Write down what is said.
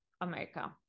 America